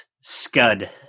Scud